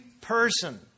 person